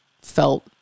felt